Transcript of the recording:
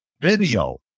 video